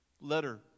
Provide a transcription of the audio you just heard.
letter